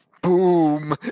Boom